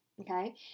Okay